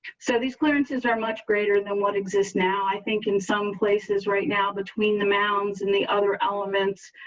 so these clearances are much greater than what exists now i think in some places right now between the mountains and the other elements.